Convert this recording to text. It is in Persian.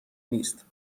نیست